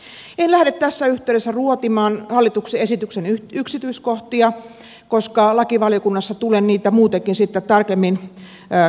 en lähde tässä yhteydessä ruotimaan hallituksen esityksen yksityiskohtia koska lakivaliokunnassa tulen niitä muutenkin sitten tarkemmin tarkastelemaan